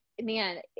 man